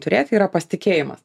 turėti yra pasitikėjimas